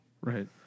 Right